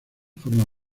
forma